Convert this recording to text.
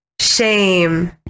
shame